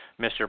Mr